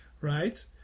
right